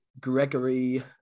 Gregory